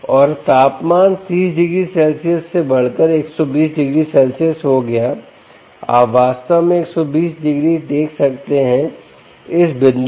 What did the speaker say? और तापमान 30 degree Celsius से बढ़कर लगभग 120 डिग्री सेल्सियस हो गया आप वास्तव में 120 डिग्री देख सकते हैं इस बिंदु पर